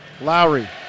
Lowry